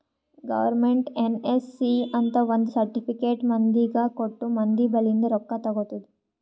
government NSC ಅಂತ್ ಒಂದ್ certificate ಮಂದಿಗ ಕೊಟ್ಟು ಮಂದಿ ಬಲ್ಲಿಂದ್ ರೊಕ್ಕಾ ತಗೊತ್ತುದ್